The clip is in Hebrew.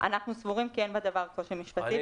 אנחנו סבורים שאין בדבר קושי משפטי.